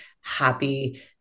happy